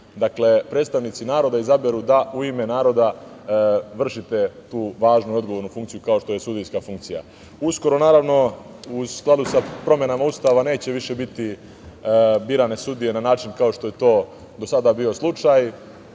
predstavnici naroda izaberu da u ime naroda vršite tu važnu i odgovornu funkciju kao što je sudijska funkcija. Uskoro, naravno, u skladu sa promenama Ustava, neće više biti birane sudije na način kao što je to do sada bio slučaj.